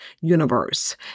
Universe